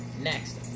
Next